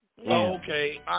Okay